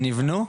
שנבנו?